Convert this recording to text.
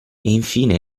infine